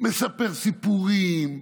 מספר סיפורים.